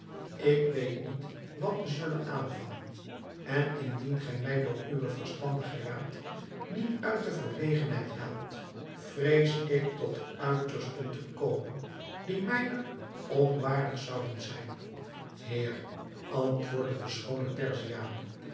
ik weet niet wat te zullen aanvangen en indien gij mij door uwen verstandigen raad niet uit de verlegenheid helpt vrees ik tot uitersten te komen die mijner onwaardig zouden zijn heer antwoordde de schoone